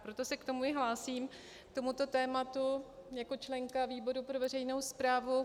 Proto se k tomu i hlásím, k tomuto tématu, jako členka výboru pro veřejnou správu.